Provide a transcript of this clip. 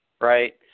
right